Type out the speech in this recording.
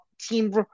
team